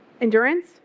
Endurance